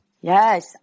Yes